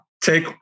take